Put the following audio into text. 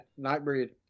Nightbreed